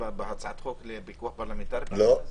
בהצעת החוק לפיקוח פרלמנטרי בעניין הזה?